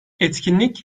etkinlik